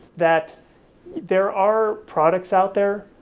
that there are products out there,